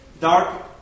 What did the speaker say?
dark